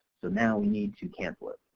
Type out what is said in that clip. so now we need to cancel it.